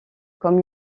comme